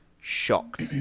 shocked